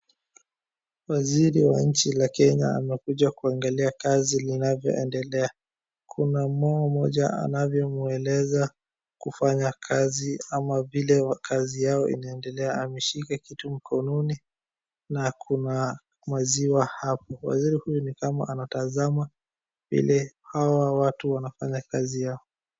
Waziri wa nchi ya Kenya amekuja kwangalia kazi linavyo endelea. Kuna mama mmoja anavyomweleza kufanya kazi ama vile kazi yao inaendelea, ameshika kitu mkononi na kuna maziwa hapo. Waziri huyu ni kama anataka kutazama vile hawa watu wanafanya kazi yao.